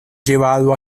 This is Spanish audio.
llevado